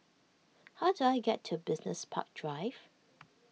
how do I get to Business Park Drive